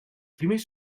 primers